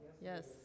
Yes